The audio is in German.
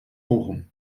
bochum